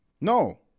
No